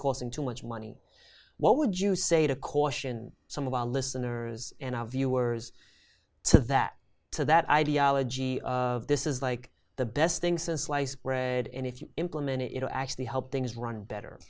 causing too much money what would you say to caution some of our listeners and our viewers so that to that ideology of this is like the best thing since sliced bread and if you implement it you know actually help things run better